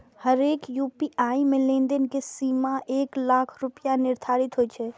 हरेक यू.पी.आई मे लेनदेन के सीमा एक लाख रुपैया निर्धारित होइ छै